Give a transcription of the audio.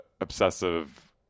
obsessive